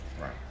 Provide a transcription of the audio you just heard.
right